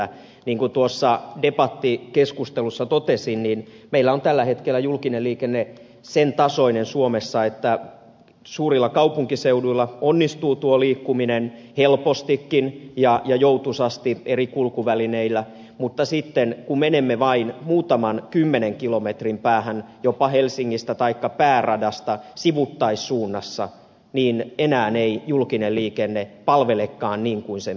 niin kuin tuossa debattikeskustelussa totesin meillä on tällä hetkellä julkinen liikenne sen tasoinen suomessa että suurilla kaupunkiseuduilla onnistuu tuo liikkuminen helpostikin ja joutuisasti eri kulkuvälineillä mutta sitten kun menemme vain muutaman kymmenen kilometrin päähän jopa helsingistä taikka pääradasta sivuttaissuunnassa niin enää ei julkinen liikenne palvelekaan niin kuin sen pitäisi